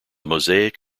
mosaic